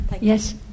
Yes